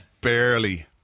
barely